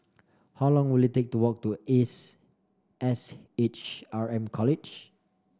how long will it take to walk to Ace S H R M College